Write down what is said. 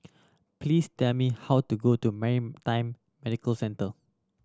please tell me how to go to Maritime Medical Centre